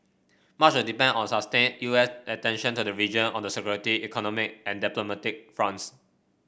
much will depend on sustained U S attention to the region on the security economic and diplomatic fronts